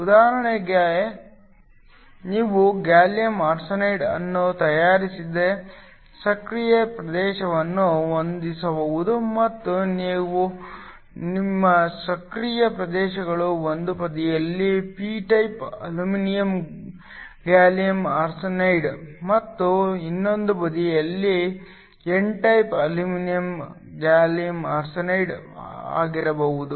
ಉದಾಹರಣೆಗೆ ನೀವು gallium arsenide ಅನ್ನು ತಯಾರಿಸಿದ ಸಕ್ರಿಯ ಪ್ರದೇಶವನ್ನು ಹೊಂದಬಹುದು ಮತ್ತು ನಿಮ್ಮ ನಿಷ್ಕ್ರಿಯ ಪ್ರದೇಶಗಳು ಒಂದು ಬದಿಯಲ್ಲಿ P type aluminium gallium arsenide ಮತ್ತು ಇನ್ನೊಂದು ಬದಿಯಲ್ಲಿ N type aluminium gallium arsenide ಆಗಿರಬಹುದು